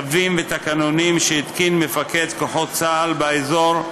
צווים ותקנונים שהתקין מפקד כוחות צה״ל באזור,